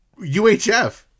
UHF